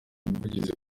ubuvugizi